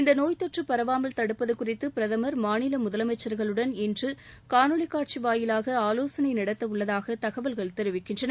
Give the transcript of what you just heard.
இந்த நோய் தொற்று பரவாமல் தடுப்பது குறித்து பிரதமர் மாநில முதலமைச்சர்களுடன் இன்று காணொலிக் காட்சி வாயிலாக ஆலோசனை நடத்தவுள்ளதாக தகவல்கள் தெரிவிக்கின்றன